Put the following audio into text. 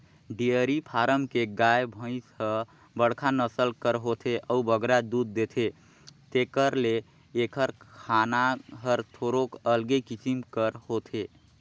dairy farm के गाय, भंइस ह बड़खा नसल कर होथे अउ बगरा दूद देथे तेकर ले एकर खाना हर थोरोक अलगे किसिम कर होथे